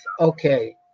Okay